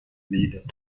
lead